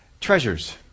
treasures